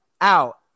out